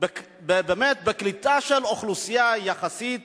בקליטה של אוכלוסייה יחסית